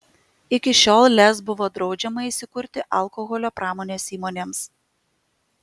iki šiol lez buvo draudžiama įsikurti alkoholio pramonės įmonėms